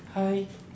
hi